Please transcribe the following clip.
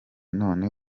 none